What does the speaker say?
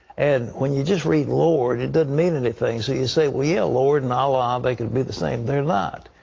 and when you just read lord, it doesn't mean anything. so you say, yeah, ah lord and allah, they could be the same. they're not.